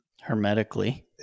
Hermetically